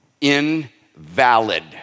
invalid